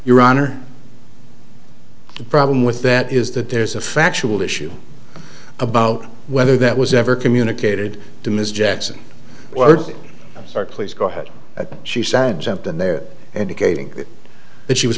your honor the problem with that is that there's a factual issue about whether that was ever communicated to ms jackson start please go ahead she sent jumped in there and again that she was